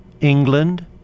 England